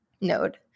node